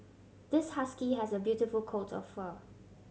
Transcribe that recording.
this husky has a beautiful coat of fur